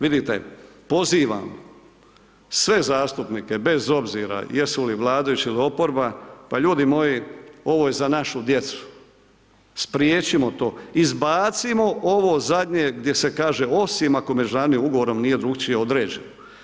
Vidite pozivam sve zastupnike bez obzira jesu li vladajući ili oporba, pa ljudi moji ovo je za našu djecu, spriječimo to, izbacimo ovo zadnje gdje se kaže osim ako međunarodnim ugovorom drukčije određeno.